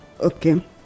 Okay